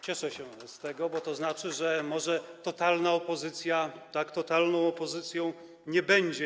Cieszę się z tego, bo to oznacza, że może totalna opozycja tak totalną opozycją nie będzie.